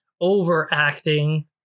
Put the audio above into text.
overacting